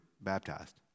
baptized